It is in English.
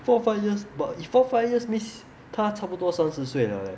four or five years but if four five years means 他差不多三十岁了 leh